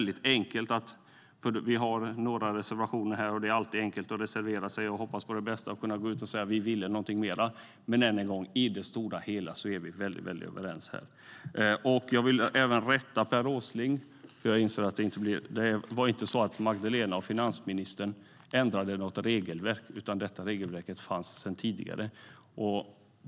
Det är givetvis mycket enkelt att reservera sig, hoppas på det bästa och kunna gå ut och säga: Vi ville någonting mer. Men än en gång vill jag säga att vi i det stora hela är mycket överens i fråga om detta. Jag vill även rätta Per Åsling. Finansminister Magdalena Andersson ändrade inte något regelverk, utan detta regelverk fanns sedan tidigare.